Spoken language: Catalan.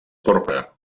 porpra